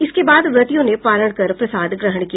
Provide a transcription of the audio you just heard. इसके बाद व्रतियों ने पारण कर प्रसाद ग्रहण किया